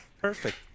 Perfect